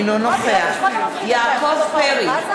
אינו נוכח יעקב פרי,